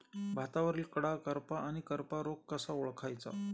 भातावरील कडा करपा आणि करपा रोग कसा ओळखायचा?